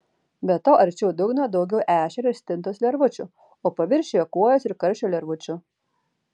be to arčiau dugno daugiau ešerio ir stintos lervučių o paviršiuje kuojos ir karšio lervučių